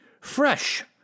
fresh